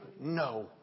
No